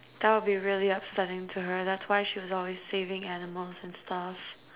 that will be really upsetting to her that's why she was always saving animals and stuff